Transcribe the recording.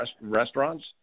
restaurants